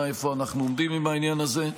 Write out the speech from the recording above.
איפה אנחנו עומדים עם העניין הזה.